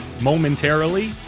momentarily